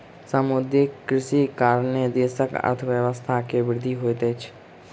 समुद्रीय कृषिक कारणेँ देशक अर्थव्यवस्था के वृद्धि होइत अछि